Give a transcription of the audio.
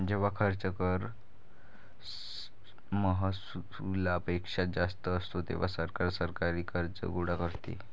जेव्हा खर्च कर महसुलापेक्षा जास्त असतो, तेव्हा सरकार सरकारी कर्ज गोळा करते